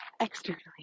externally